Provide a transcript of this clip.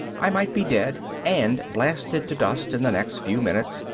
i might be dead and blasted to dust in the next few minutes,